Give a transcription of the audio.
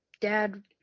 dad